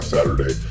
Saturday